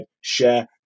share